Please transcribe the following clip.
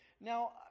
Now